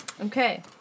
Okay